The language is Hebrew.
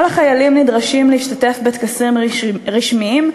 כל החיילים נדרשים להשתתף בטקסים רשמיים,